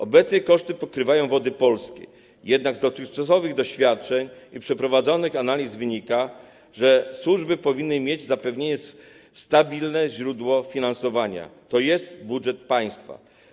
Obecnie koszty pokrywają Wody Polskie, jednak z dotychczasowych doświadczeń i przeprowadzonych analiz wynika, że służby powinny mieć zapewnione stabilne źródło finansowania, tj. budżet państwa.